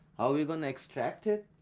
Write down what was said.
how we're gonna extract it.